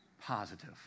Positive